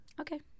Okay